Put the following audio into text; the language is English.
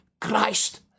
Christ